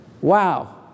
Wow